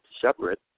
separate